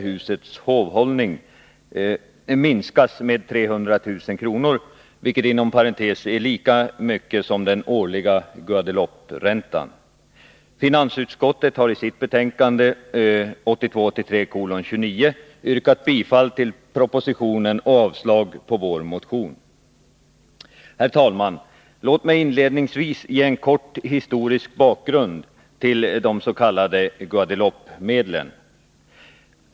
Husets hovhållning minskas med 300 000 kr., vilket inom parentes är lika mycket som den årliga Guadelouperäntan. Finansutskottet har i sitt betänkande 1982/83:29 yrkat bifall till propositionen och avslag på vår motion. Herr talman! Låt mig inledningsvis ge en kort historisk bakgrund till de s.k. Guadeloupemedlen.